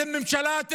אתם ממשלה?